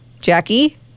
Jackie